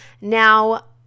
Now